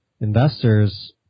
investors